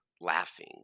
laughing